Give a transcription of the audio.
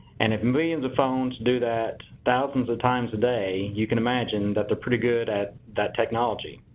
and if millions of phones do that thousands of times a day, you can imagine that they're pretty good at that technology.